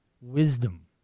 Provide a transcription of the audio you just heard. wisdom